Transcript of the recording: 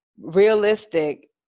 realistic